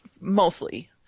mostly